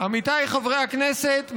עמיתיי חברי הכנסת,